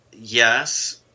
Yes